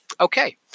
Okay